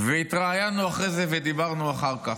התראיינו אחרי זה, דיברנו אחר כך,